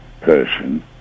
person